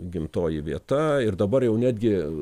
gimtoji vieta ir dabar jau netgi